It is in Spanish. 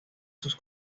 sus